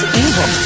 evil